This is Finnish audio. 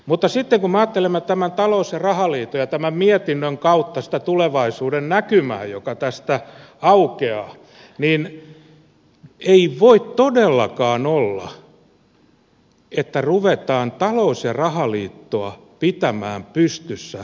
mutta sitten kun me ajattelemme talous ja rahaliiton ja tämän mietinnön kautta sitä tulevaisuudennäkymää joka tästä aukeaa niin ei voi todellakaan olla että ruvetaan talous ja rahaliittoa pitämään pystyssä setelirahoituksella